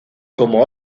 como